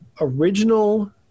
original